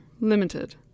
Limited